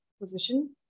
position